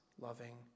loving